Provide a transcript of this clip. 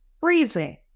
freezing